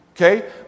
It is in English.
Okay